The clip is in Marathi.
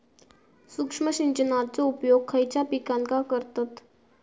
सूक्ष्म सिंचनाचो उपयोग खयच्या पिकांका करतत?